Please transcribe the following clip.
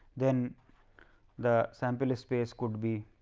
then the sample space could be